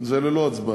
זה ללא הצבעה.